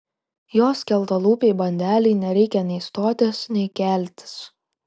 jos skeltalūpei bandelei nereikia nei stotis nei keltis